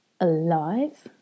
Alive